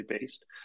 based